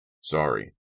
Sorry